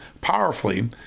powerfully